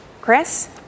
Chris